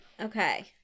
Okay